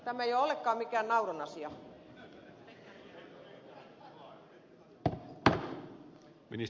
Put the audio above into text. tämä ei ole ollenkaan mikään naurun asia